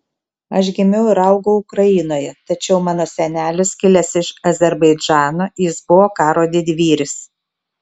aš gimiau ir augau ukrainoje tačiau mano senelis kilęs iš azerbaidžano jis buvo karo didvyris